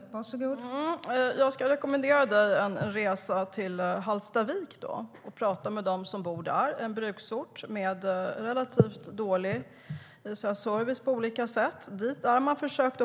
Fru talman! Jag rekommenderar Emma Henriksson att göra en resa till Hallstavik och tala med dem som bor där. Det är en bruksort med relativt dålig service. Man har försökt